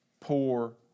poor